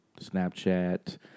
Snapchat